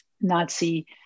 Nazi